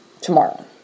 tomorrow